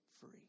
free